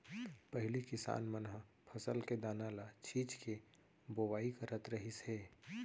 पहिली किसान मन ह फसल के दाना ल छिंच के बोवाई करत रहिस हे